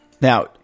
Now